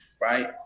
right